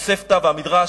התוספתא והמדרש,